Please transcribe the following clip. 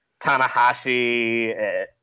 Tanahashi